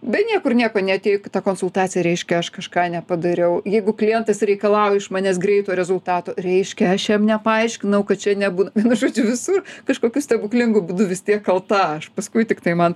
be niekur nieko neatėjo į kitą konsultaciją reiškia aš kažką nepadariau jeigu klientas reikalauja iš manęs greito rezultato reiškia aš jam nepaaiškinau kad čia nebūna vienu žodžiu visur kažkokiu stebuklingu būdu vis tiek kalta aš paskui tiktai man